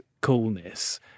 coolness